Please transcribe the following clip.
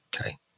Okay